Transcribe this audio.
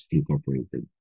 Incorporated